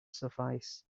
suffice